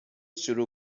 شروع